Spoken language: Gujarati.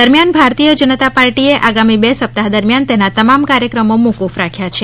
દરમિયાન ભારતીય જનતા પાર્ટીએ આગામી બે સપ્તાહ દરમિયાન તેના તમામ કાર્યક્રમો મોકુફ રાખ્યા છે